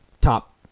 top